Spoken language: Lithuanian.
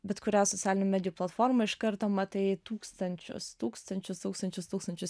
bet kurią socialinių medijų platformą iš karto matai tūkstančius tūkstančius tūkstančius tūkstančius